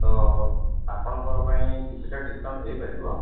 ତ ଆପଣଙ୍କ ପାଇଁ କିଛିଟା ଡିସ୍କାଉଣ୍ଟ ହୋଇ ପାରିବ